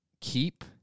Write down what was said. Keep